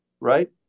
right